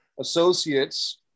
Associates